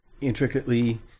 intricately